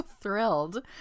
thrilled